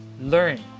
learn